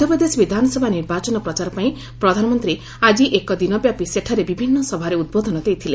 ମଧ୍ୟପ୍ରଦେଶ ବିଧାନସଭା ନିର୍ବାଚନ ପ୍ରଚାର ପାଇଁ ପ୍ରଧାନମନ୍ତ୍ରୀ ଆଜି ଏକଦିନ ବ୍ୟାପୀ ସେଠାରେ ବିଭିନ୍ନ ସଭାରେ ଉଦ୍ବୋଧନ ଦେଇଥିଲେ